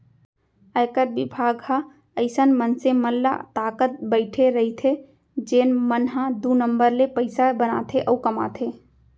आयकर बिभाग ह अइसन मनसे मन ल ताकत बइठे रइथे जेन मन ह दू नंबर ले पइसा बनाथे अउ कमाथे